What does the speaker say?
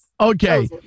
okay